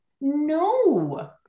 no